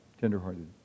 tender-hearted